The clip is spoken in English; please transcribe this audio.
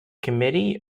committee